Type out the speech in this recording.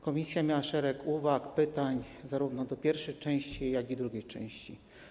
Komisja miała szereg uwag, pytań zarówno do pierwszej, jak i drugiej części.